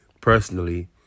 personally